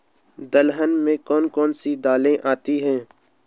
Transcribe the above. दलहन में कौन कौन सी दालें आती हैं?